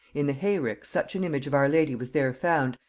in the hayrick such an image of our lady was there found,